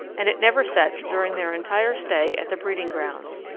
and it never sets during their entire stay at the breeding grounds.